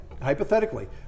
hypothetically